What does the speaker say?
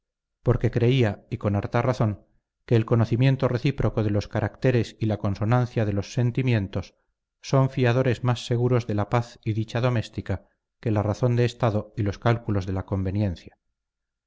porque creía y con harta razón que el conocimiento recíproco de los caracteres y la consonancia de los sentimientos son fiadores más seguros de la paz y dicha doméstica que la razón de estado y los cálculos de la conveniencia